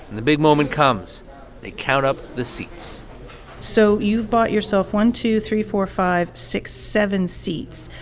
the big moment comes they count up the seats so you've bought yourself one, two, three, four, five, six, seven seats.